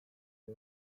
ere